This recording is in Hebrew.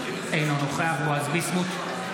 אינו נוכח בועז ביסמוט,